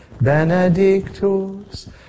Benedictus